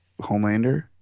Homelander